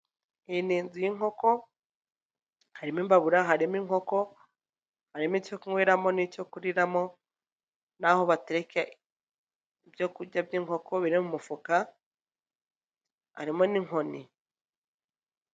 Iyi n inzu y'inkoko harimo imbabura, harimo inkoko, harimo icyo kunyweramo n'icyo kuriramo, n'aho batereka ibyo kurya by'inkoko biri mu mufuka, harimo n'inkoni.